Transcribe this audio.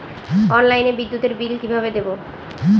অনলাইনে বিদ্যুতের বিল কিভাবে দেব?